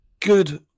Good